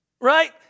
right